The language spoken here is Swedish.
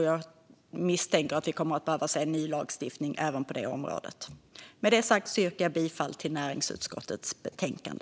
Jag misstänker att vi kommer att behöva se ny lagstiftning även på det området. Med det sagt yrkar jag bifall till förslaget i näringsutskottets betänkande.